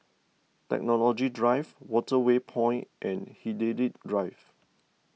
Technology Drive Waterway Point and Hindhede Drive